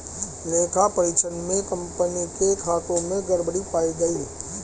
लेखा परीक्षण में कंपनी के खातों में गड़बड़ी पाई गई